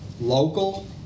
local